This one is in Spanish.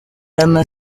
anna